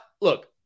look